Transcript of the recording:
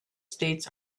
states